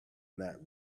not